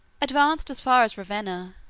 advanced as far as ravenna,